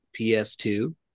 PS2